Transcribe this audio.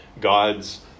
God's